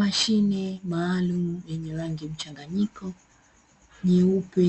Mashine maalumu yenye rangi mchanganyiko nyeupe